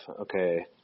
Okay